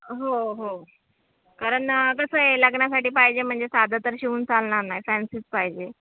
हो हो कारण कसं आहे लग्नासाठी पाहिजे म्हणजे साधा तर शिवून चालणार नाही फॅन्सीच पाहिजे